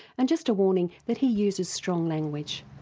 and just a warning that he uses strong language.